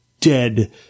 dead